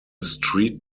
street